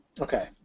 Okay